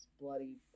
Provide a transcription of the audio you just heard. bloody